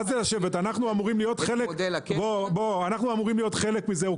--- אנחנו אמורים להיות חלק מזה.